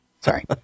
Sorry